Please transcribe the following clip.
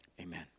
Amen